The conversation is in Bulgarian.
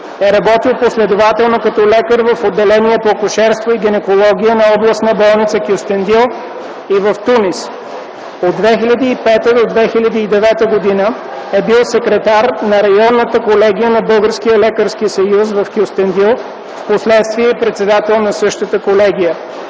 е работил последователно като лекар в отделение по акушерство и гинекология на Областна болница – Кюстендил и в Тунис. От 2005 г. до 2009 г. е бил секретар на Районната колегия на Българския лекарски съюз в Кюстендил, впоследствие председател на същата колегия.